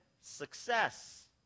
success